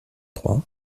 trois